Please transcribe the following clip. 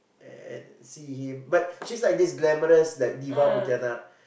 and feed him but she's like this glamorous like diva pontianak